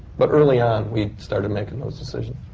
but early on, we started making those decisions.